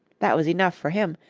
that was enough for him,